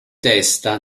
testa